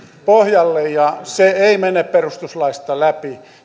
pohjalle ja se ei mene perustuslaista läpi